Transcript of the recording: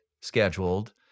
scheduled